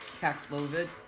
Paxlovid